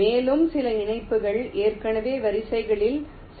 மேலும் சில இணைப்புகள் ஏற்கனவே வரிசைகளில் செய்யப்பட்டுள்ளன